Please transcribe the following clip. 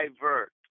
divert